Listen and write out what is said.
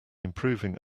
improving